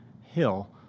hill